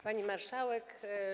Pani Marszałek!